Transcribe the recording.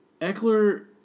Eckler